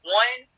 one